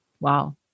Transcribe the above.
Wow